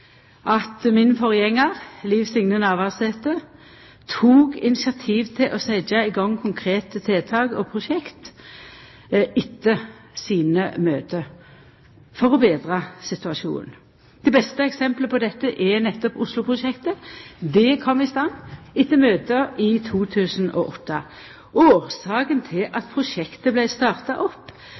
at min forgjengar, Liv Signe Navarsete, tok initiativ til å setja i gang konkrete tiltak og prosjekt etter sine møte for å betra situasjonen. Det beste eksempelet på dette er nettopp Oslo-prosjektet. Det kom i stand etter møte i 2008. Årsaka til at prosjektet vart starta opp,